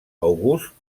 august